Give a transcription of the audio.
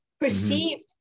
perceived